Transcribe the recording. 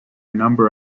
number